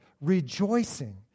rejoicing